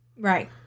Right